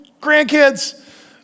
grandkids